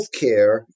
healthcare